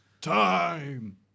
time